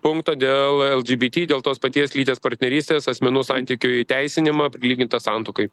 punkto dėl lgbt dėl tos pačios lyties partnerystės asmenų santykių įteisinimą prilygintą santuokai